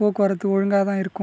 போக்குவரத்து ஒழுங்காக தான் இருக்கும்